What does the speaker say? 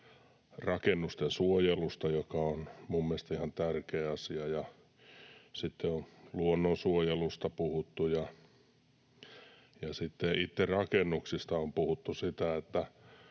rakennusten suojelusta, joka on minun mielestäni ihan tärkeä asia. Sitten on luonnonsuojelusta puhuttu, ja sitten itse rakennuksista on puhuttu sitä,